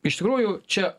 iš tikrųjų čia